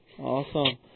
Awesome